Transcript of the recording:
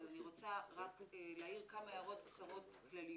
אבל אני רוצה להעיר כמה הערות כלליות קצרות.